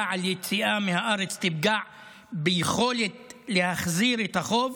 על יציאה מהארץ יפגע ביכולת להחזיר את החוב: